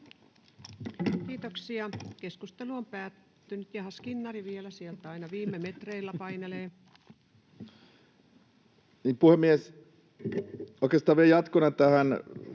Kiitoksia, keskustelu on päättynyt. — Jaha, Skinnari vielä sieltä aina viime metreillä painelee. Puhemies! Oikeastaan vielä jatkona tähän